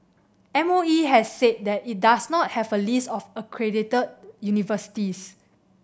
M O E has said that it does not have a list of accredited universities